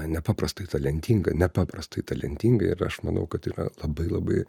nepaprastai talentinga nepaprastai talentinga ir aš manau kad yra labai labai